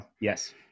Yes